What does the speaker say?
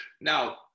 now